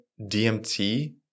DMT